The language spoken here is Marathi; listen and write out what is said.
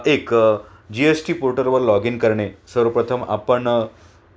एक जी एस टी पोर्टलवर लॉग इन करणे सर्वप्रथम आपण